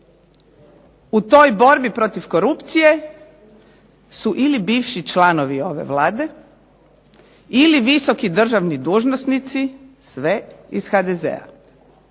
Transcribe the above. u toj borbi protiv korupcije su ili bivši članovi ove Vlade ili visoki državni dužnosnici, sve iz HDZ-a.